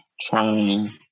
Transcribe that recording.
trying